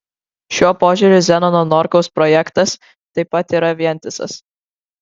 šiuo požiūriu zenono norkaus projektas taip pat yra vientisas